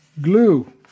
glue